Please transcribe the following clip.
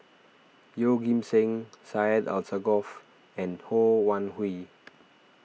Yeoh Ghim Seng Syed Alsagoff and Ho Wan Hui